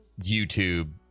youtube